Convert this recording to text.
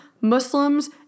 Muslims